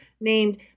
named